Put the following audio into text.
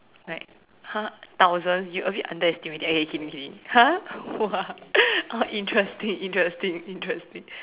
like !huh! thousand you a bit underestimating eh kidding kidding !huh! what interesting interesting interesting